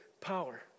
Power